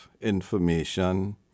information